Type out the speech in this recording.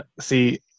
see